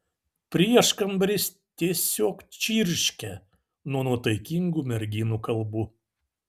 prieškambaris tiesiog čirškia nuo nuotaikingų merginų kalbų